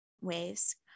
ways